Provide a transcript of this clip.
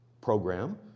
program